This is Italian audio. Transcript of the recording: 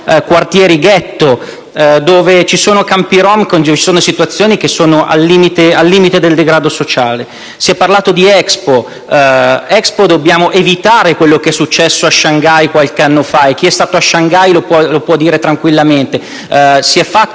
quartieri-ghetto, dove ci sono campi rom, con situazioni al limite del degrado sociale. Si è parlato di Expo. Ebbene dobbiamo evitare che accada quello che è successo a Shangai qualche anno fa (chi è stato a Shangai lo può dire tranquillamente):